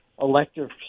Elective